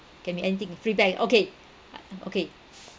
can be anything feedback okay ah okay